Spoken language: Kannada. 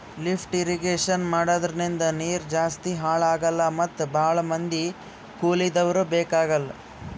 ಲಿಫ್ಟ್ ಇರ್ರೀಗೇಷನ್ ಮಾಡದ್ರಿಂದ ನೀರ್ ಜಾಸ್ತಿ ಹಾಳ್ ಆಗಲ್ಲಾ ಮತ್ ಭಾಳ್ ಮಂದಿ ಕೂಲಿದವ್ರು ಬೇಕಾಗಲ್